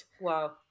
Wow